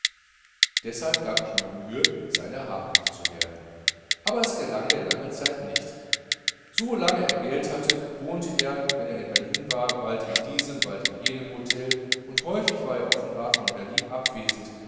deshalb gab ich mir mühe seiner habhaft zu werden aber es gelang mir lange zeit nicht so lange er geld hatte wohnte er wenn er in berlin war bald in diesem bald in jenem hotel und häufig war er offenbar von berlin abwesend